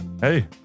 Hey